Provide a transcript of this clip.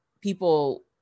people